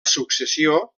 successió